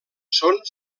són